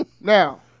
Now